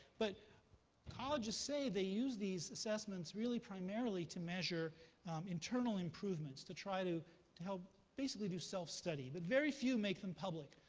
but colleges say they use these assessments really primarily to measure internal improvements, to try to to help basically do self-study. but very few make them public.